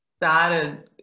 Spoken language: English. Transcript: started